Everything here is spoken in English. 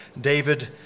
David